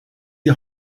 die